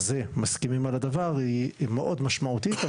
מסכימים על הדבר היא מאוד משמעותית,